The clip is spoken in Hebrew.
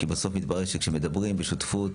בסוף מתברר כשמשתפים פעולה,